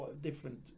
different